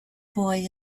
boy